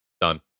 Done